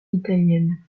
italienne